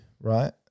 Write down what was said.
right